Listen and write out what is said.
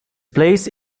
place